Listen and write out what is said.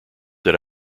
that